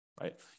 right